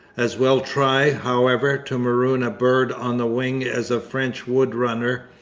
as well try, however, to maroon a bird on the wing as a french wood-runner.